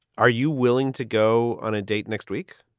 are you willing to go on a date next week?